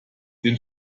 den